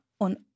on